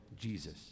Jesus